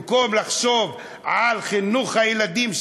במקום לחשוב על חינוך הילדים,